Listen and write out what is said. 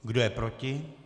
Kdo je proti?